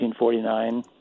1949